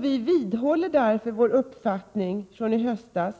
Vi vidhåller därför vår uppfattning från i höstas,